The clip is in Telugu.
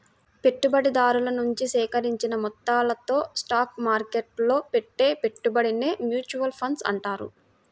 పెట్టుబడిదారుల నుంచి సేకరించిన మొత్తాలతో స్టాక్ మార్కెట్టులో పెట్టే పెట్టుబడినే మ్యూచువల్ ఫండ్ అంటారు